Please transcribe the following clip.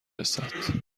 رسد